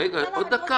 רגע אחד.